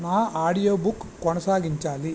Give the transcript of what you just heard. నా ఆడియోబుక్ కొనసాగించాలి